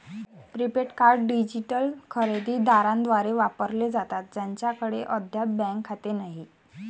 prepaid card digital खरेदी दारांद्वारे वापरले जातात ज्यांच्याकडे अद्याप बँक खाते नाही